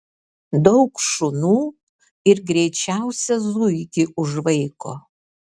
daug šunų ir greičiausią zuikį užvaiko